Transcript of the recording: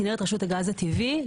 כנרת, רשות הגז הטבעי.